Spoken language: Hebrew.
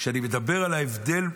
כשאני מדבר על ההבדל,